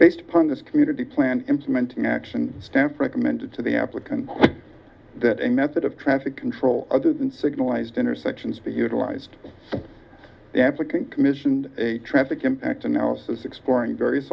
based upon this community plan implementing action staff recommended to the applicant that a method of traffic control other than signalized intersections be utilized the applicant commissioned a traffic impact analysis exploring various